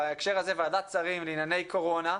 בהקשר הזה ועדת שרים לענייני קורונה,